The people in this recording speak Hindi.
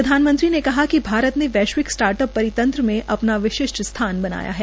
प्रधानमंत्री ने कहा कि भारत ने वैश्विक स्टार्ट अप परितंत्र में अपना विशिष्ठ स्थान बताया है